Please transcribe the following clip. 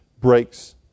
breaks